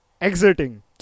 exiting